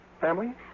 family